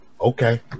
Okay